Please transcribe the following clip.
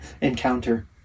Encounter